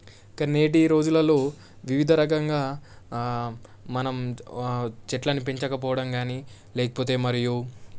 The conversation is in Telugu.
కాని నేటి రోజులలో వివిధ రకంగా మనం చెట్లను పెంచకపోవడం కానీ లేకపోతే మరియు